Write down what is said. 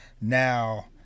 Now